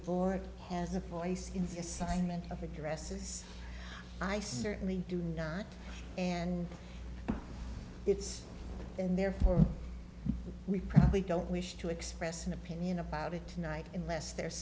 board has a voice in assignment of addresses i certainly do not and it's and therefore we probably don't wish to express an opinion about it tonight unless there is